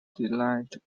daylight